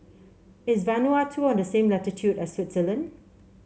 is Vanuatu on the same latitude as Switzerland